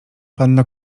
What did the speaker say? panno